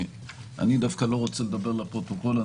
אני דווקא לא רוצה לדבר לפרוטוקול.